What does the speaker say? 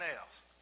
else